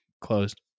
closed